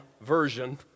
version